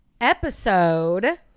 episode